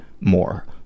more